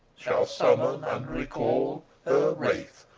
shall summon and recall her wraith,